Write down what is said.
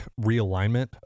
realignment